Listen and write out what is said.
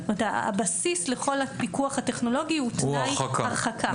הבסיס לכל הפיקוח הטכנולוגי הוא תנאי הרחקה.